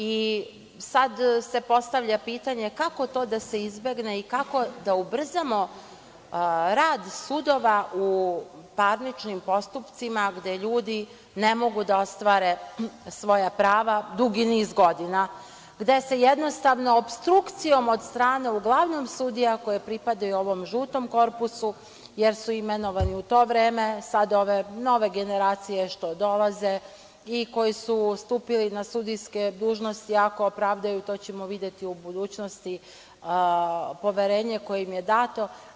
I, sad se postavlja pitanje - kako to da se izbegne i kako da ubrzamo rad sudova u parničnim postupcima gde ljudi ne mogu da ostvare svoja prava dugi niz godina, gde se jednostavno opstrukcijom od strane, uglavnom, sudija koje pripadaju ovom žutom korpusu, jer su imenovani u to vreme, sada ove nove generacije što dolaze i koji su stupili na sudijske dužnosti, ako opravdaju, to ćemo videti u budućnosti poverenje koje im je dato.